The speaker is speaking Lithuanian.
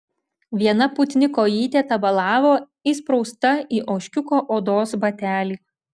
viena putni kojytė tabalavo įsprausta į ožkiuko odos batelį